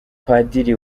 padiri